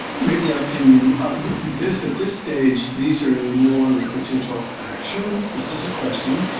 maybe i can visit this stage. these are no longer potential actions, this is a question,